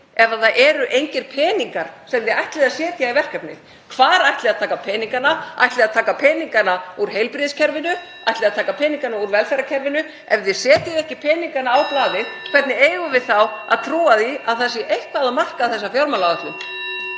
ef það eru engir peningar sem þið ætlið að setja í verkefnið? Hvar ætli að taka peningana? Ætlið þið að taka peningana úr heilbrigðiskerfinu? Ætlið þið að taka peningana úr velferðarkerfinu? Ef þið setjið ekki peningana á blaðið, hvernig eigum við þá að trúa því að það sé eitthvað að marka þessa fjármálaáætlun?